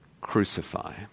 crucify